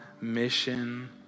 mission